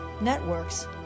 networks